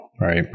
Right